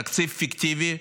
תקציב פיקטיבי.